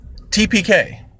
TPK